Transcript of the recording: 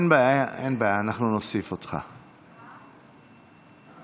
יואב גלנט, ניר ברקת, גילה גמליאל, אבי